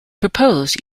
proposed